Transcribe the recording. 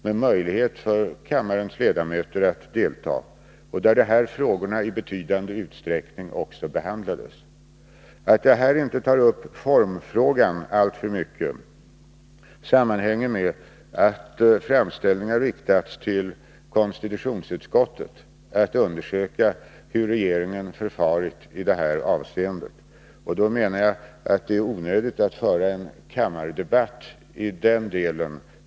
Kammarens ledamöter hade möjlighet att delta i den debatten, där de här frågorna i betydande utsträckning behandlades. Att jag här inte tar upp formfrågan alltför mycket sammanhänger med att framställningar riktats till konstitutionsutskottet att undersöka hur regeringen förfarit i detta avseende. Då är det onödigt att föra en kammardebatt i den delen.